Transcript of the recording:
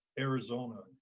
arizona,